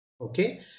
okay